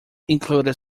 included